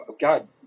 God